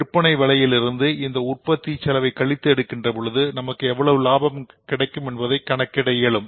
விற்பனை விலையிலிருந்து இந்த உற்பத்தி செலவை கழித்து எடுக்கின்ற பொழுது நமக்கு எவ்வளவு லாபம் கிடைக்கும் என்பதை கணக்கிட இயலும்